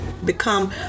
Become